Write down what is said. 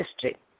history